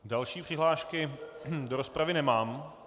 Další přihlášky do rozpravy nemám.